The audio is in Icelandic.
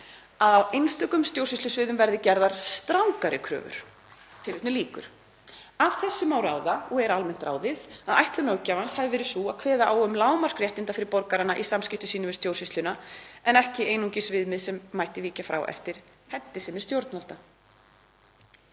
á einstökum stjórnsýslusviðum verði gerðar strangari kröfur.“ Af þessu má ráða og er almennt ráðið að ætlun löggjafans var sú að kveða á um lágmark réttinda fyrir borgarana í samskiptum sínum við stjórnsýsluna, en ekki einungis viðmið sem mætti víkja frá eftir hentisemi stjórnvalda.